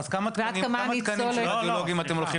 לא, אז כמה תקנים של רדיולוגים אתם הולכים